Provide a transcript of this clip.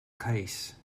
case